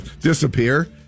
disappear